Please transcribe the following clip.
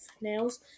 nails